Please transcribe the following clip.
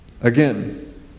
Again